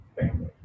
family